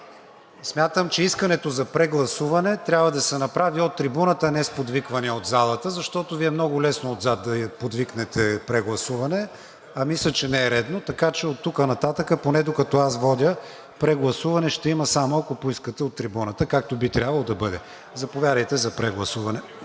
Смятам, че искането за прегласуване трябва да се направи от трибуната, а не с подвиквания от залата, защото Ви е много лесно отзад да подвикнете: „прегласуване“, а мисля, че не е редно. Така че оттук нататък, поне докато аз водя, прегласуване ще има, само ако поискате от трибуната, както би трябвало да бъде. Заповядайте за обяснение